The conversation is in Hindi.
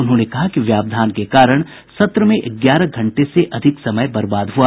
उन्होंने कहा कि व्यावधान के कारण सत्र में ग्यारह घंटे से अधिक समय बर्बाद हुआ